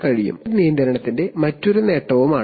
അതിനാൽ ഇത് കാസ്കേഡ് നിയന്ത്രണത്തിന്റെ മറ്റൊരു നേട്ടമാണ്